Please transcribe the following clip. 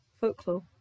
folklore